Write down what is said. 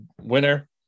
winner